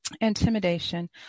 Intimidation